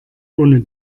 ohne